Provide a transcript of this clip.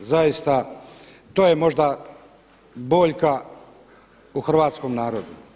Zaista, to je možda boljka u hrvatskom narodu.